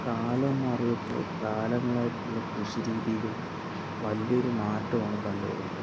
കാലം മാറിയപ്പോൾ കാലങ്ങളായിട്ടുള്ള കൃഷിരീതിയിൽ വലിയൊരു മാറ്റമാണ് കണ്ടു വരുന്നത്